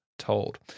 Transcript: told